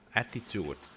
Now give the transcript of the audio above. attitude